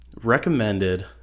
recommended